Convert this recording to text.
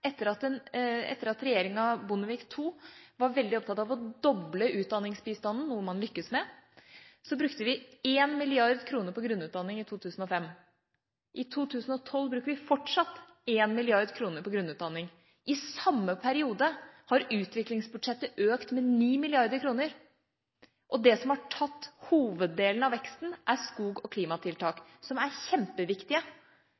etter at regjeringa Bondevik-II var veldig opptatt av å doble utdanningsbistanden, noe man lyktes med, brukte vi 1 mrd. kr på grunnutdanning. I 2012 bruker vi fortsatt 1 mrd. kr på grunnutdanning. I samme periode har utviklingsbudsjettet økt med 9 mrd. kr. Det som har tatt hoveddelen av veksten, er skog- og